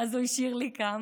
אז הוא השאיר לי כמה.